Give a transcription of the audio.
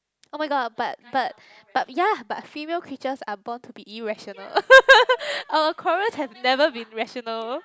oh-my-god but but but ya but female creatures are born to be irrational our quarrels have never been rational